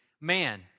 man